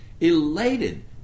elated